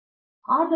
ಪ್ರತಾಪ್ ಹರಿಡೋಸ್ ಸರಿ